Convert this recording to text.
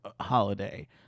holiday